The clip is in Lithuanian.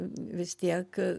vis tiek